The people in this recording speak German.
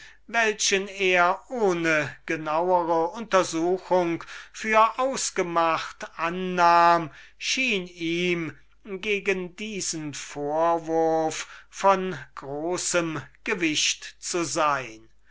welchen er ohne genauere untersuchung für ausgemacht annahm beides schien ihm gegen diesen vorwurf von großem gewicht zu sein